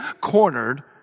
cornered